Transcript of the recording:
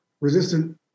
resistant